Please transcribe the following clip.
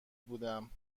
بودم